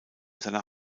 seiner